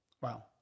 Wow